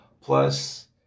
Plus